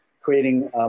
creating